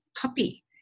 puppy